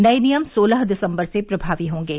नए नियम सोलह दिसंबर से प्रभावी होंगे